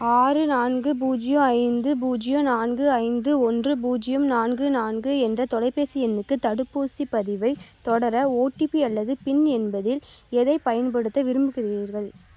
ஆறு நான்கு பூஜ்ஜியம் ஐந்து பூஜ்ஜியம் நான்கு ஐந்து ஒன்று பூஜ்ஜியம் நான்கு நான்கு என்ற தொலைபேசி எண்ணுக்கு தடுப்பூசிப்பதிவை தொடர ஓடிபி அல்லது பின் என்பதில் எதை பயன்படுத்த விரும்புகிறீர்கள்